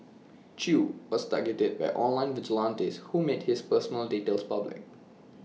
chew was targeted by online vigilantes who made his personal details public